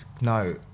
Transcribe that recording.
no